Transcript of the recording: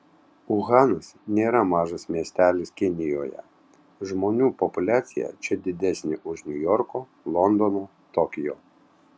uhanas nėra mažas miestelis kinijoje žmonių populiacija čia didesnė už niujorko londono tokijo